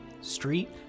street